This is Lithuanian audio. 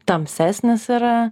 tamsesnis yra